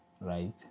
right